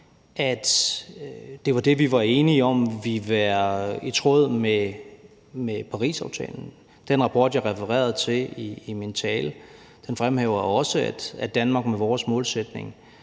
det var det, vi var enige om ville være i tråd med Parisaftalen. Den rapport, jeg refererede til i min tale, fremhæver også, at Danmark med sin målsætning